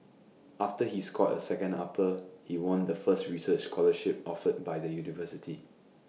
after he scored A second upper he won the first research scholarship offered by the university